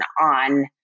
on